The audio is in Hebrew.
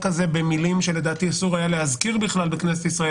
במילים שלדעתי אסור היה להזכיר בכנסת ישראל,